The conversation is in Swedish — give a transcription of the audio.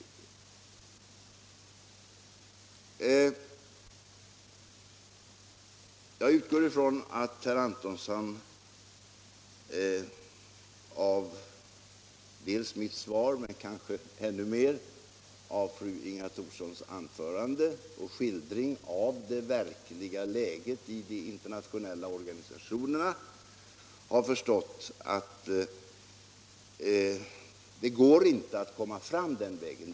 Jag utgår ifrån att herr Antonsson delvis av mitt svar men kanske ännu mer av fru Inga Thorssons anförande och skildring av det verkliga läget i de internationella organisationerna har förstått att det inte går att komma fram den vägen.